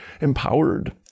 empowered